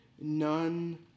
none